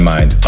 Mind